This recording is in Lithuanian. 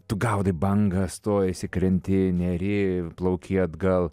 tu gaudai bangą stojiesi krenti neri plauki atgal